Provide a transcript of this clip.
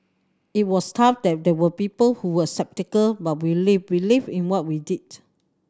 it was tough that there were people who were sceptical but we live believed in what we did